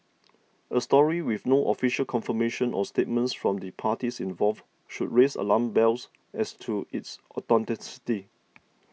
a story with no official confirmation or statements from the parties involved should raise alarm bells as to its authenticity